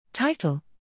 Title